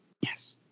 Yes